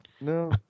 no